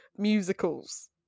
musicals